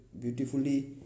beautifully